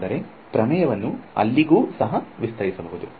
ಆದರೆ ಪ್ರಮೇಯವನ್ನು ಅಲ್ಲಿಗೂ ಸಹ ವಿಸ್ತರಿಸಬಹುದು